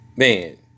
Man